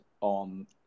on